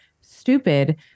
stupid